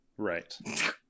Right